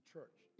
church